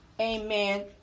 Amen